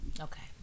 Okay